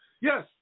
Yes